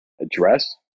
address